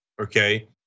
okay